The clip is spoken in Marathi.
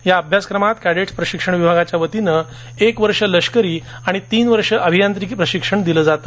या अभ्यासक्रमात कैडेट्स प्रशिक्षण विभागा तर्फे एक वर्ष लष्करी आणि तीन वर्ष अभियन्त्रिकी प्रशिक्षण दिल जात